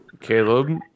Caleb